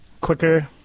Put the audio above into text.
quicker